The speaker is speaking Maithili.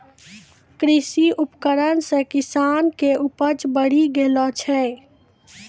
कृषि उपकरण से किसान के उपज बड़ी गेलो छै